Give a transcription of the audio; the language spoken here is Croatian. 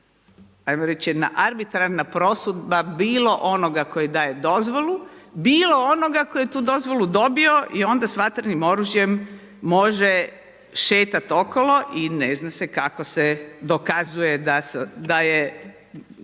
hajmo reći jedna arbitrarna prosudba bilo onoga koji daje dozvolu, bilo onoga koji je tu dozvolu dobio i onda sa vatrenim oružjem može šetati okolo i ne zna se kako se dokazuje da je